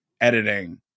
editing